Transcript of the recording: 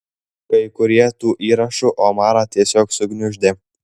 kai kurie tų įrašų omarą tiesiog sugniuždė